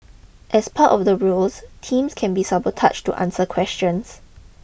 as part of the rules teams can be sabotaged to answer questions